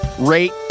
rate